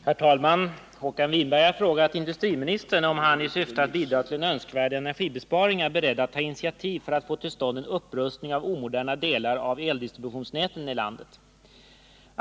Herr talman! Håkan Winberg har frågat industriministern om han — i syfte att bidra till önskvärd energibesparing — är beredd att ta initiativ för att få till stånd en upprustning av omoderna delar av eldistributionsnäten i landet.